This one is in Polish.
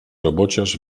robociarz